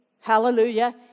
hallelujah